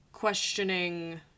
questioning